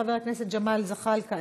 חבר הכנסת ג'מאל זחאלקה,